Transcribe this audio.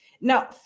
Now